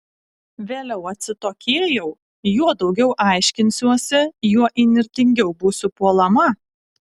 vėliau atsitokėjau juo daugiau aiškinsiuosi juo įnirtingiau būsiu puolama